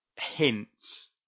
hints